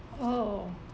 oh